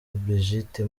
brigitte